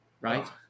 right